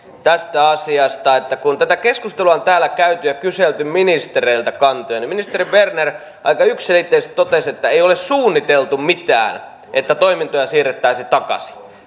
tästä asiasta että kun tätä keskustelua on täällä käyty ja kyselty ministereiltä kantoja niin ministeri berner aika yksiselitteisesti totesi että ei ole suunniteltu mitään ei että toimintoja siirrettäisiin takaisin